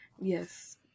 yes